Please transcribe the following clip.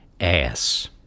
ass